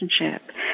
relationship